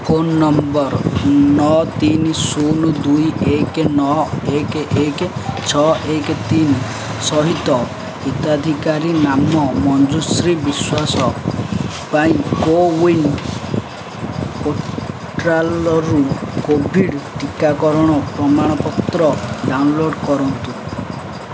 phone number ନଅ ତିନି ଶୂନ ଦୁଇ ଏକ ନଅ ଏକ ଏକ ଛଅ ଏକ ତିନି ସହିତ ହିତାଧିକାରୀ ନାମ ମଞ୍ଜୁଶ୍ରୀ ବିଶ୍ୱାସ ପାଇଁ କୋୱିନ୍ ପୋର୍ଟାଲ୍ରୁ କୋଭିଡ଼୍ ଟିକାକରଣ ପ୍ରମାଣପତ୍ର ଡାଉନଲୋଡ଼୍ କରନ୍ତୁ